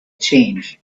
change